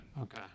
okay